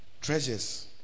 treasures